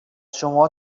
شما